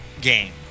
game